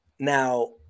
Now